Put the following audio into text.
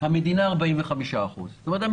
המדינה מחזיקה 45%. זאת אומרת,